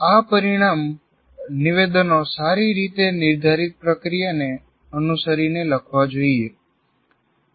આ પરિણામ નિવેદનો સારી રીતે નિર્ધારિત પ્રક્રિયાને અનુસરીને લખવા જોઈએ